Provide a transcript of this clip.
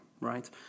right